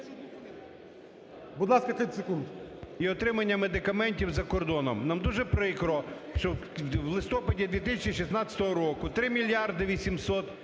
Будь ласка, 30 секунд. ШУРМА І.М. І отриманням медикаментів за кордоном. Нам дуже прикро, що в листопаді 2016 року три мільярди 800